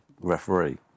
referee